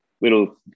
little